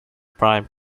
prime